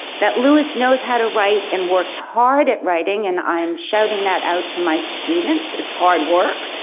that lewis knows how to write and works hard at writing and i'm shouting that out to my students, it's hard work,